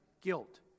guilt